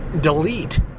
delete